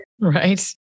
right